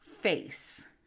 face